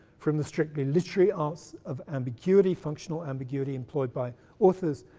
from the strictly literary arts of ambiguity, functional ambiguity, employed by authors,